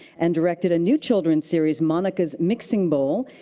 and directed a new children's series, monica's mixing bowl,